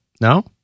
No